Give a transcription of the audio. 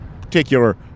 particular